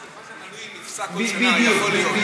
שהמנוי נפסק בעוד שנה, יכול להיות.